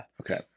Okay